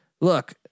Look